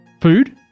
food